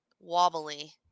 wobbly